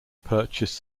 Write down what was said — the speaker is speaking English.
purchase